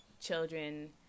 children